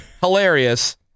Hilarious